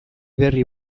berri